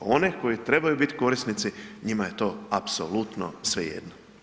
One koji trebaju biti korisnici, njima je to apsolutno svejedno.